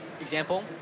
example